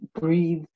breathe